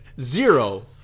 Zero